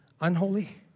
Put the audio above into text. unholy